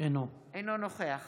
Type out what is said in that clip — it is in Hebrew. אינו נוכח